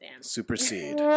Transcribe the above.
Supersede